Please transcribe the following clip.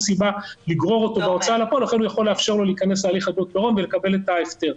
הבוקר הנחתי על שולחן ראש מינהל שירותים חברתיים,